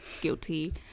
guilty